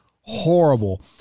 horrible